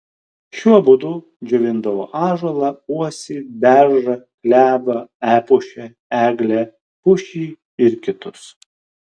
šiuo būdu džiovindavo ąžuolą uosį beržą klevą epušę eglę pušį ir kitus